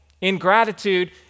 Ingratitude